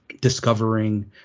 discovering